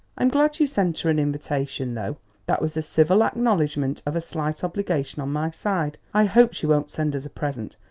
i'm glad you sent her an invitation, though that was a civil acknowledgment of a slight obligation on my side. i hope she won't send us a present,